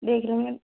देख लेंगे